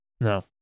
No